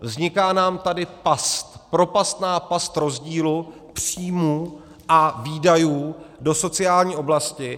Vzniká nám tady past, propastná past rozdílu příjmů a výdajů do sociální oblasti.